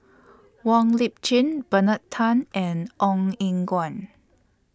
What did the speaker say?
Wong Lip Chin Bernard Tan and Ong Eng Guan